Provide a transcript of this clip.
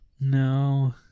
no